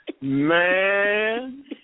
Man